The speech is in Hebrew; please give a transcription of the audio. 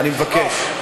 אני מבקש.